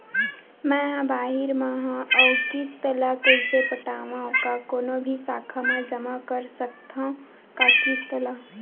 मैं हा बाहिर मा हाव आऊ किस्त ला कइसे पटावव, का कोनो भी शाखा मा जमा कर सकथव का किस्त ला?